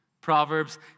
Proverbs